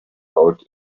out